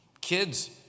Kids